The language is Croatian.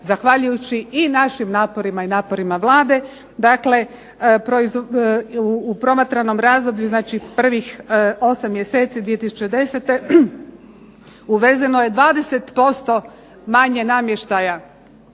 zahvaljujući i našim naporima i naporima Vlade, dakle u promatranom razdoblju znači prvih osam mjeseci 2010. uvezeno je 20% manje namještaja,